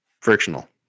Frictional